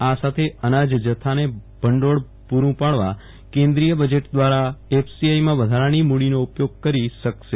આ સાથે અનાજ જથ્થાને ભંડોળ પુરું પાડવા કેન્દ્રીય બજેટ દ્વારા એફસીઆઈમાં વધારાની મુડીનો ઉપયોગ કરી શકશે